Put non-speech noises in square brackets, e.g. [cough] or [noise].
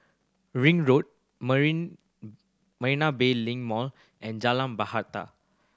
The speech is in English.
Ring Road [unintelligible] Marina Bay Link Mall and Jalan Bahater